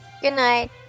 Goodnight